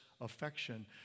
affection